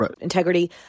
integrity